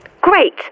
Great